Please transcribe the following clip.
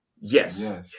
Yes